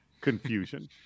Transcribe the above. confusion